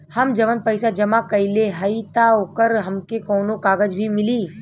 हम जवन पैसा जमा कइले हई त ओकर हमके कौनो कागज भी मिली?